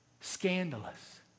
Scandalous